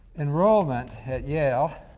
enrollment at yale.